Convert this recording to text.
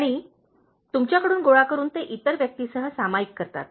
आणि तुमच्याकडून गोळा करून ते इतर व्यक्तीसह सामायिक करतात